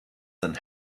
than